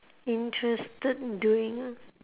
interested doing ah